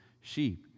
sheep